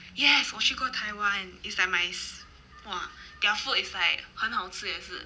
yes 我去过 taiwan it's like my s~ !wah! their food is like 很好吃也是